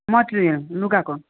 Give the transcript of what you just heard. material लुगाको